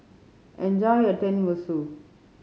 enjoy your Tenmusu